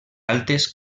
altes